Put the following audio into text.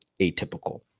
atypical